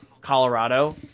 Colorado